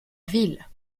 ville